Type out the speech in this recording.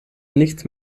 nichts